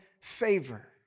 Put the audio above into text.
favor